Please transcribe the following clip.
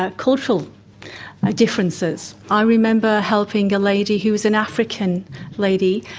ah cultural ah differences, i remember helping a lady who was an african lady,